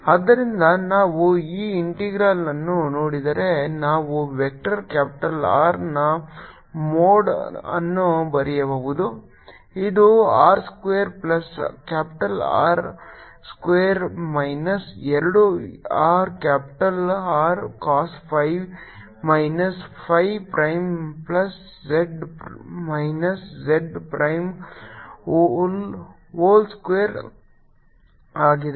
ಆದ್ದರಿಂದ ನಾವು ಈ ಇಂಟೆಗ್ರಾಲ್ಅನ್ನು ನೋಡಿದರೆ ನಾವು ವೆಕ್ಟರ್ ಕ್ಯಾಪಿಟಲ್ R ನ ಮೋಡ್ ಅನ್ನು ಬರೆಯಬಹುದು ಇದು r square plus capital R square minus ಎರಡು r capital R cos phi minus phi prime plus z minus z prime whole square ಆಗಿದೆ